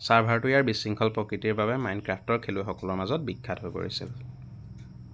ছাৰ্ভাৰটো ইয়াৰ বিশৃংখল প্ৰকৃতিৰ বাবে মাইনক্ৰাফ্টৰ খেলুৱৈসকলৰ মাজত বিখ্যাত হৈ পৰিছিল